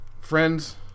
Friends